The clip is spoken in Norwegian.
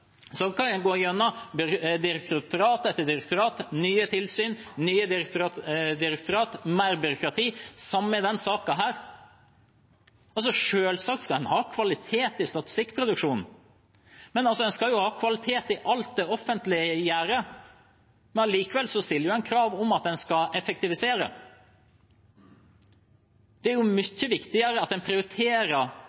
etter direktorat – nye tilsyn, nye direktorat, mer byråkrati. Det er det samme i denne saken. Selvsagt skal man ha kvalitet i statistikkproduksjonen, man skal ha kvalitet i alt det offentlige gjør, men likevel stiller man krav om at man skal effektivisere. Det er